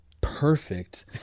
perfect